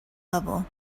level